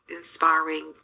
inspiring